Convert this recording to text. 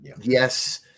Yes